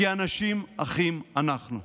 כי אנשים אחים אנחנו,